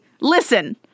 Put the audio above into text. Listen